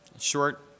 Short